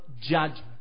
judgment